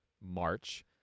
March